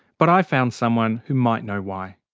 but i've found someone who might know why.